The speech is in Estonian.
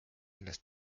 milles